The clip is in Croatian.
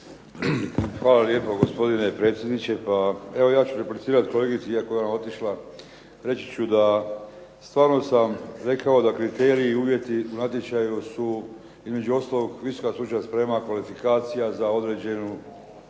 Hvala lijepo gospodine predsjedniče. Pa evo ja ću replicirati kolegici iako je ona otišla. Reći ću da stvarno sam rekao da kriteriji i uvjeti u natječaju su između ostalog visoka stručna sprema kvalifikacija za određenu